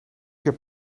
heb